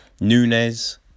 Nunez